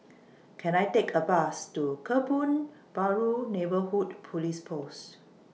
Can I Take A Bus to Kebun Baru Neighbourhood Police Post